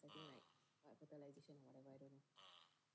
(uh huh) (uh huh)